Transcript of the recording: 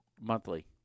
monthly